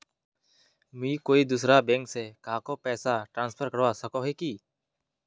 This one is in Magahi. मुई कोई दूसरा बैंक से कहाको पैसा ट्रांसफर करवा सको ही कि?